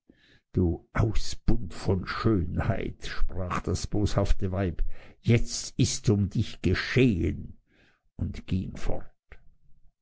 du ausbund von schönheit sprach das boshafte weib jetzt ists um dich geschehen und ging fort